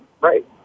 right